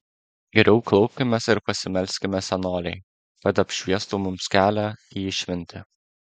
geriau klaupkimės ir pasimelskime senolei kad apšviestų mums kelią į išmintį